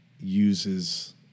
uses